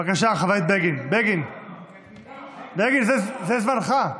לבגין זה מותר.